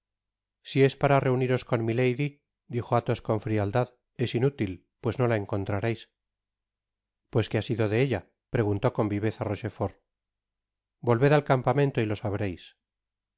si es para reunirnos con milady dijo athos con frialdad es inútil pues no la encontrais pues qué ha sido de ella preguntó con viveza rochefort volved al campamento y lo sabreis